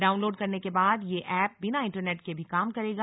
download करने के बाद यह ऐप बिना इंटरनेट के भी काम करेगा